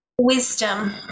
Wisdom